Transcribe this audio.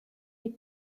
les